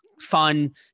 fun